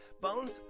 Bones